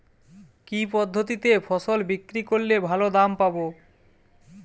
কি পদ্ধতিতে ফসল বিক্রি করলে ভালো দাম পাব?